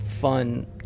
fun